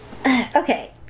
okay